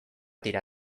tira